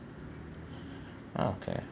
okay